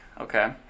Okay